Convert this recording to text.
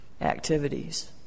activities